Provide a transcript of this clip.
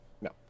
No